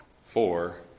four